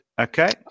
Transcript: okay